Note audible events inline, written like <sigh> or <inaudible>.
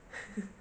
<laughs>